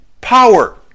power